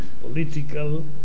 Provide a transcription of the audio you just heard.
political